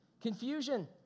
Confusion